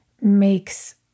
makes